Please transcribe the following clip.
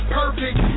perfect